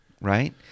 right